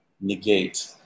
negate